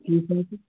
ٹھیٖک حظ چھُ